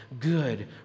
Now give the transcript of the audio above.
good